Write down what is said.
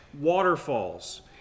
waterfalls